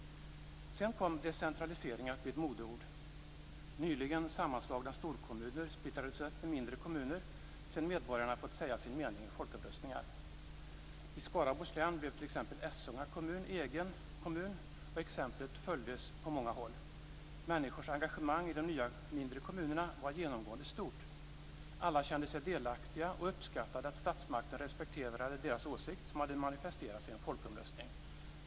Sedan kom decentralisering att bli ett modeord. Nyligen sammanslagna storkommuner splittrades i mindre kommuner sedan medborgarna fått säga sin mening i folkomröstningar. I Skaraborg blev t.ex. Essunga egen kommun, och exemplet följdes på många håll. Människors engagemang i de nya mindre kommunerna var genomgående stort. Alla kände sig delaktiga och uppskattade att statsmakten respekterade deras åsikt, som hade manifesterats i en folkomröstning.